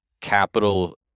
capital